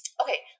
okay